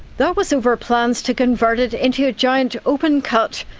that was over plans to convert it into a giant open cut.